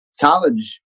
college